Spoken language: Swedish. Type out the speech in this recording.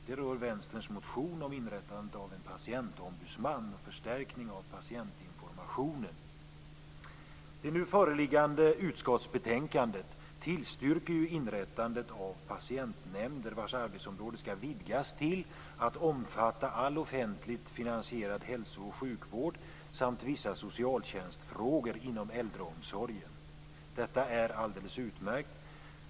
Det rör Vänsterns motion om att inrätta en patientombudsman och förstärkning av patientinformationen. Det nu föreliggande utskottsbetänkandet tillstyrker ju inrättandet av patientnämnder, vars arbetsområde skall vidgas till att omfatta all offentligt finansierad hälso och sjukvård samt vissa socialtjänstfrågor inom äldreomsorgen. Detta är alldeles utmärkt.